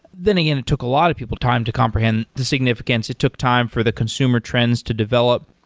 then again it took a lot of people time to comprehend the significance. it took time for the consumer trends to develop.